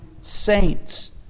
saints